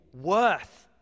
worth